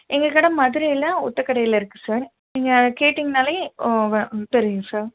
எங்கள் கடை மதுரையில் ஒற்ற கடையில் இருக்குது சார் நீங்கள் கேட்டிங்கன்னாலே வ தெரியும் சார்